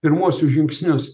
pirmuosius žingsnius